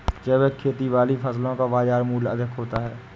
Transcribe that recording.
जैविक खेती वाली फसलों का बाज़ार मूल्य अधिक होता है